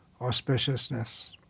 auspiciousness